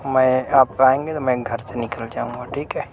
میں آپ آئیں گے تو میں گھر سے نکل جاؤں گا ٹھیک ہے